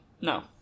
No